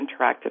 interactive